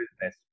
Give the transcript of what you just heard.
business